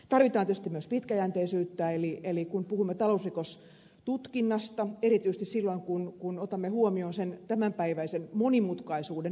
tarvitaan tietysti myös pitkäjänteisyyttä kun puhumme talousrikostutkinnasta erityisesti silloin kun otamme huomioon sen tämänpäiväisen monimutkaisuuden